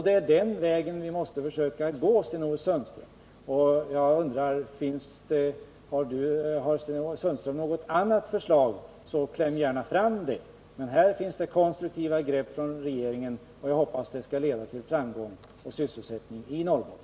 Det är den vägen vi måste försöka gå, Sten-Ove Sundström. Har Sten-Ove Sundström något annat förslag, så kläm gärna fram det! Men här finns det konstruktiva grepp från regeringens sida som jag hoppas skall leda till framgång och sysselsättning i Norrbotten.